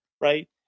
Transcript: right